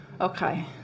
okay